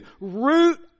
root